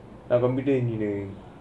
uh computer engineering